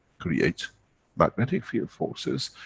creates magnetic field forces,